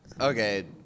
Okay